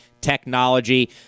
technology